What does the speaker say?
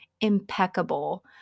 impeccable